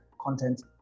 content